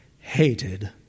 hated